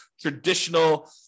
traditional